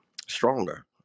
stronger